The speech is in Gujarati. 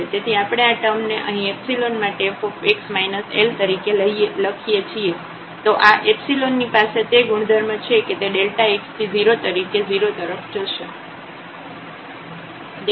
તેથી આપણે આ ટર્મને અહીં માટે fx L તરીકે લખીએ છીએ તો આ ની પાસે તે ગુણધર્મ છે કે તે x→0 તરીકે 0 તરફ જશે